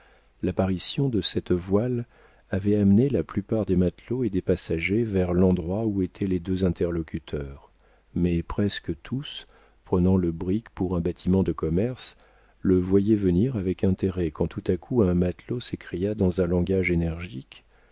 l'apparition de cette voile avait amené la plupart des matelots et des passagers vers l'endroit où étaient les deux interlocuteurs mais presque tous prenant le brick pour un bâtiment de commerce le voyaient venir avec intérêt quand tout à coup un matelot s'écria dans un langage énergique